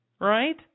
right